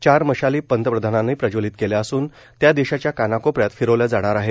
चार मशाली पंतप्रधानांनी प्रज्वलित केल्या असून त्या देशाच्या कानाकोपऱ्यात फिरवल्या जाणार आहेत